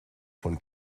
von